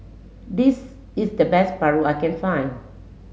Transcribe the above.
this is the best Paru I can find